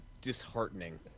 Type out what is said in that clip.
disheartening